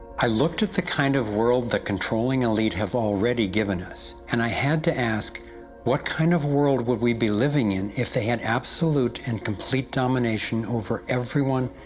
i looked at the kind of world the controlling elite have already given us and i had to ask what kind of world would we be living in if they had absolute and complete domination over everyone,